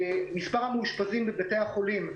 מספר המאושפזים בבתי החולים,